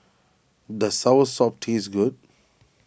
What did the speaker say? does Soursop taste good